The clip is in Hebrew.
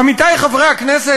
עמיתי חברי הכנסת,